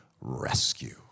rescue